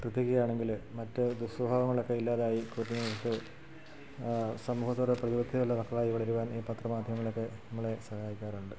ശ്രദ്ധിക്കുകയാണെങ്കിൽ മറ്റ് ദുഃസ്വഭാവങ്ങളൊക്കെ ഇല്ലാതായി കുട്ടികൾക്ക് സമൂഹത്തിനോട് പ്രതിപത്തിയുള്ള മക്കളായി വളരുവാൻ ഈ പത്രമാധ്യമങ്ങളൊക്കെ നമ്മളെ സഹായിക്കാറുണ്ട്